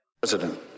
President